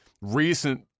recent